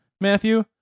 Matthew